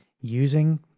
using